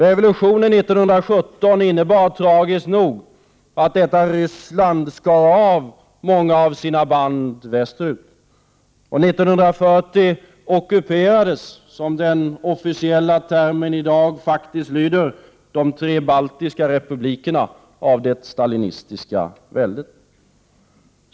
Revolutionen 1917 innebar tragiskt nog att Ryssland skar av många av sina band västerut, och 1940 ockuperades, som den officiella termen i dag faktiskt lyder, de tre baltiska republikerna av det stalinistiska väldet.